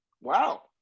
Wow